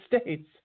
States